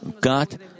God